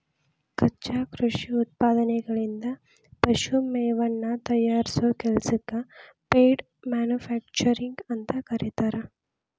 ಕಚ್ಚಾ ಕೃಷಿ ಉತ್ಪನ್ನಗಳಿಂದ ಪಶು ಮೇವನ್ನ ತಯಾರಿಸೋ ಕೆಲಸಕ್ಕ ಫೇಡ್ ಮ್ಯಾನುಫ್ಯಾಕ್ಚರಿಂಗ್ ಅಂತ ಕರೇತಾರ